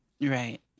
Right